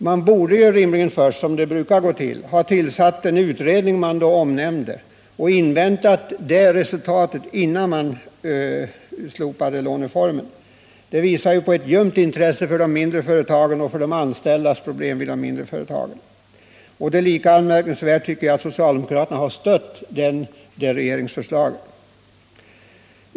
Man borde först ha tillsatt den utredning som då omnämndes och inväntat resultatet från den, innan man slopade låneformen. Det visar på ett ljumt intresse för de mindre företagen och för de problem de anställda i de företagen har. Det är lika anmärkningsvärt, tycker jag, att socialdemokraterna har stött det regeringsförslaget.